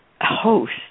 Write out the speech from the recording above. host